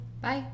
Bye